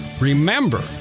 remember